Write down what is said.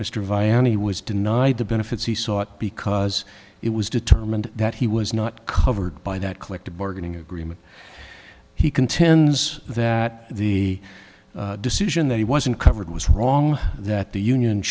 was denied the benefits he sought because it was determined that he was not covered by that collective bargaining agreement he contends that the decision that he wasn't covered was wrong that the union